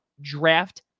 Draft